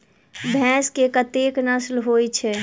भैंस केँ कतेक नस्ल होइ छै?